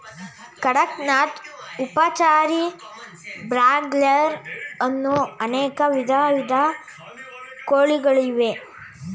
ಕಡಕ್ ನಾಥ್, ಉಪಚಾರಿ, ಬ್ರಾಯ್ಲರ್ ಅನ್ನೋ ಅನೇಕ ವಿಧದ ಕೋಳಿಗಳಿವೆ